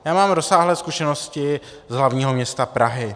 Já mám rozsáhlé zkušenosti z hlavního města Prahy.